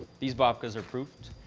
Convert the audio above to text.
these babkas are proofed.